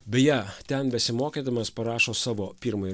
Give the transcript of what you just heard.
beje ten besimokydamas parašo savo pirmąjį